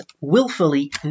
willfully